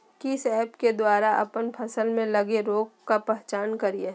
किस ऐप्स के द्वारा अप्पन फसल में लगे रोग का पहचान करिय?